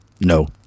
No